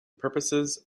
purposes